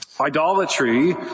Idolatry